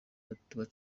bato